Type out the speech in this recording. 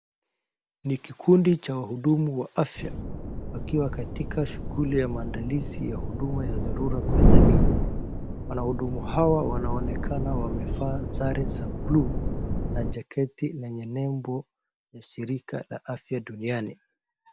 Ni kikundi cha wahudumu wa afya wakiwa katika shughuli ya maandalizi ya huduma ya dharura kwa jamii wanahudumu hawa wanaonekana wamevaa sare za bluu na jaketi lenye nembo la shirika la afya duniani.